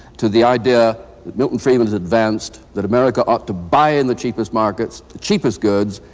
to the idea that milton friedman's advanced, that america ought to buy in the cheapest markets, cheapest goods,